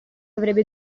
avrebbe